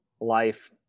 life